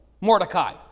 Mordecai